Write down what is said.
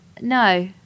no